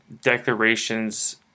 declarations